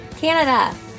Canada